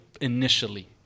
initially